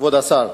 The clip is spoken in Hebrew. כבוד השר,